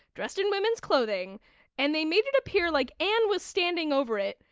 dressed in women's clothing and they made it appear like anne was standing over it,